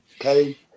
okay